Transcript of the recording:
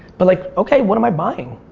but like okay, what am i buying?